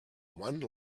one